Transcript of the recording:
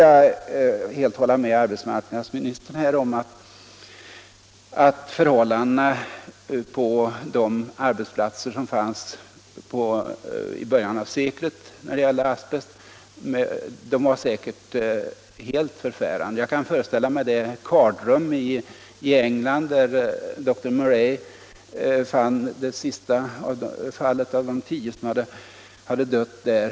Jag håller med arbetsmarknadsministern om att förhållandena på de arbetsplatser i början av seklet, där asbest användes, säkerligen var helt förfärande. Jag kan föreställa mig det kardrum i England där doktor Murray fann det sista fallet av de tio som hade dött där.